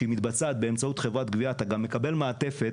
שמתבצעת באמצעות חברת גבייה - אתה גם מקבל מעטפת